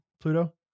pluto